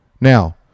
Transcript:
Now